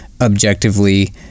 objectively